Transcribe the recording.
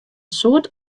soad